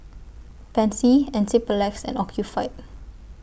Pansy Enzyplex and Ocuvite